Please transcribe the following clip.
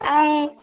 आं